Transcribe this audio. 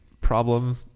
problem